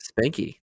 Spanky